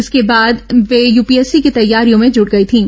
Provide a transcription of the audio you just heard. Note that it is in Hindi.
इसके बाद वे यूपीएससी की तैयारियों में जुट गई थीं